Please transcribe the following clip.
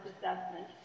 assessment